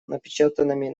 напечатанными